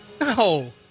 No